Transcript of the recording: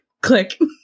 click